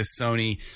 Sony